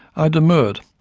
i demurred,